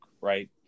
right